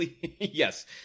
Yes